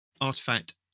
artifact